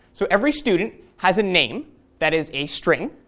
so every student has a name that is a string,